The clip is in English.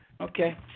Okay